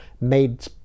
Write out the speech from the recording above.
made